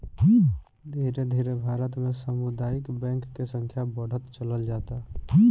धीरे धीरे भारत में सामुदायिक बैंक के संख्या बढ़त चलल जाता